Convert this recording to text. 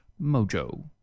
mojo